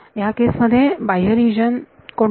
ह्या केस मध्ये बाह्य रिजन कोणता